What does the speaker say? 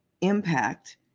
impact